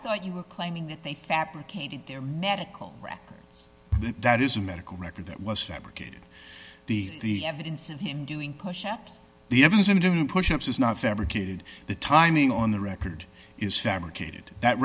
thought you were claiming that they fabricated their medical records that is a medical record that was fabricated the the evidence of him doing pushups the evidence and didn't push ups is not fabricated the timing on the record is fabricated that